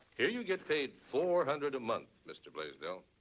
hear you get paid four hundred a month, mr. blaisdell.